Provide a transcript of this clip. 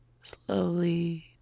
slowly